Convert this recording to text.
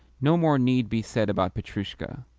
no more need be said about petrushka.